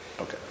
Okay